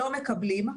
לא מקבלים,